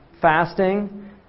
fasting